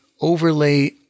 overlay